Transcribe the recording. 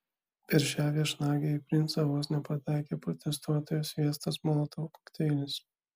per šią viešnagę į princą vos nepataikė protestuotojo sviestas molotovo kokteilis